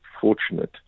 fortunate